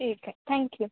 ठीक आहे thank you